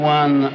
one